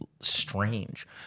strange